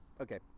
Okay